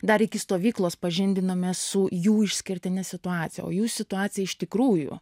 dar iki stovyklos pažindinamės su jų išskirtine situacija o jų situacija iš tikrųjų